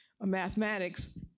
mathematics